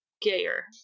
gayer